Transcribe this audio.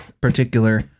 particular